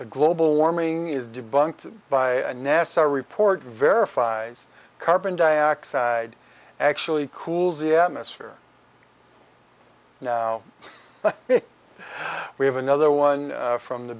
global warming is debunked by a nasa report verifies carbon dioxide actually cools the atmosphere now we have another one from the